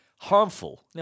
harmful